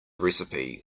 recipe